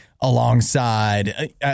alongside